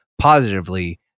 positively